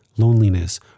loneliness